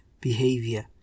behavior